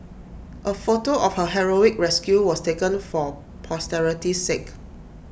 A photo of her heroic rescue was taken for posterity's sake